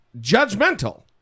judgmental